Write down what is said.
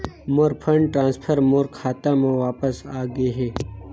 मोर fund transfer मोर खाता म वापस आ गे हे